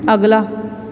ਅਗਲਾ